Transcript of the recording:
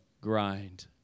grind